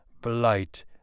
blight